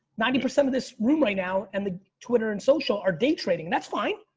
ninety percent of this room right now. and the twitter and social are day trading. that's fine.